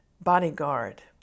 bodyguard